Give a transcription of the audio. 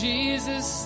Jesus